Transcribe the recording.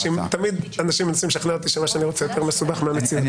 תמיד אנשים מנסים לשכנע אותי שמה שאני רוצה יותר מסובך מהמציאות.